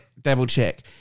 double-check